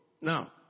Now